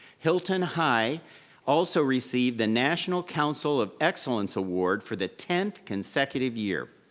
hilton high also received the national council of excellence award for the tenth consecutive year.